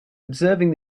observing